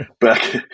back